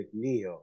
McNeil